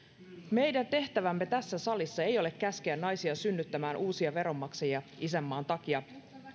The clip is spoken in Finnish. meidän tehtävämme tässä salissa ei ei ole käskeä naisia synnyttämään uusia veronmaksajia isänmaan takia